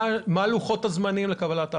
מה לוחות הזמנים לקבלת ההחלטה?